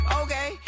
okay